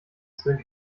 sind